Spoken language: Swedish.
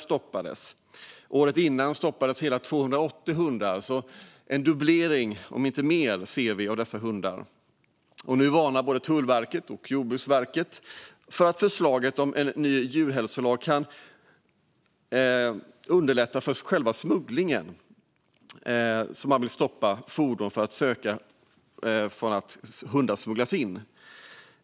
Under hela året innan stoppades 280 hundar. Vi ser alltså en dubblering, om inte mer, av dessa hundar. Nu varnar både Tullverket och Jordbruksverket för att förslaget om en ny djurhälsolag kan underlätta för själva smugglingen. Den nya lagen kan nämligen förhindra att man stoppar fordon för att söka efter hundar som smugglas in i landet.